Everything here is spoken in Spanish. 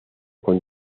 con